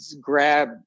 grab